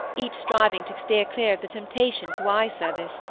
each striving to steer clear of the temptation to eye-service,